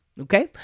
Okay